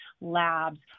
labs